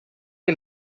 que